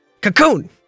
Cocoon